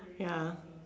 ya